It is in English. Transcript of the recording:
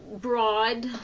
broad